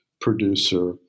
producer